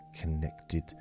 connected